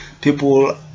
people